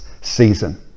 season